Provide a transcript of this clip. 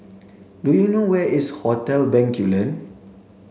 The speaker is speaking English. do you know where is Hotel Bencoolen